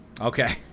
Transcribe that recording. Okay